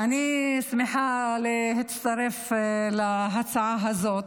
אני שמחה להצטרף להצעה הזאת,